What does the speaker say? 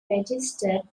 registered